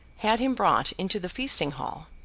had him brought into the feasting-hall.